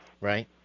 Right